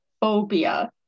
phobia